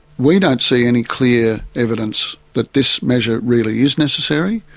we don't see any clear evidence that this measure really is necessary,